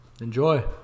Enjoy